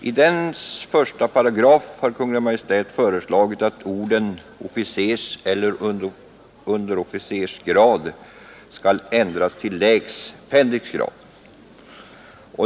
I dess första paragraf har Kungl. Maj:t föreslagit att orden ”officers eller underofficers grad” skall ändras till ”lägst fänriks grad”.